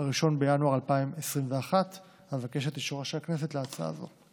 1 בינואר 2021. אבקש את אישורה של הכנסת להצעה זו.